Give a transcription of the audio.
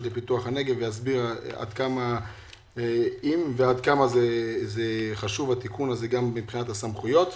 לפיתוח הנגב שיסביר האם ועד כמה התיקון הזה חשוב גם באשר לסמכויות.